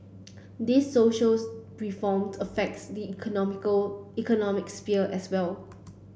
these socials reformed affect the economical economic sphere as well